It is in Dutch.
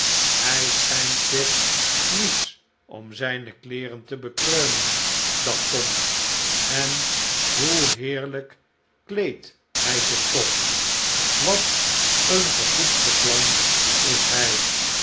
hij schijnt zich niets om zijne kleeren te bekreunen dacht tom en hoe heerlijk kleedt hij zich toch wat een gepoetste mantis hi